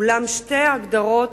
אולם שתי ההגדרות,